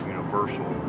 Universal